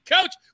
coach